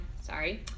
sorry